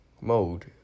mode